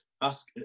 ask